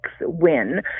win